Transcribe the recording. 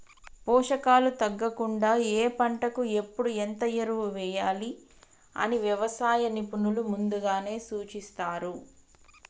పోషకాలు తగ్గకుండా ఏ పంటకు ఎప్పుడు ఎంత ఎరువులు వేయాలి అని వ్యవసాయ నిపుణులు ముందుగానే సూచిస్తారు